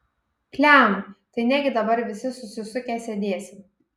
pliam tai negi dabar visi susisukę sėdėsim